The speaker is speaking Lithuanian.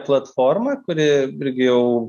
platforma kuri irgi jau